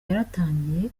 yaratangiye